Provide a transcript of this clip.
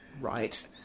Right